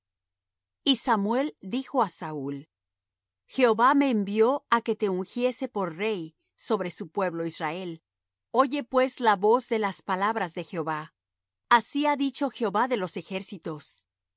y samuel dijo á saúl jehová me envió á que te ungiese por rey sobre su pueblo israel oye pues la voz de las palabras de jehová así ha dicho jehová de los ejércitos acuérdome de